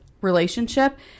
relationship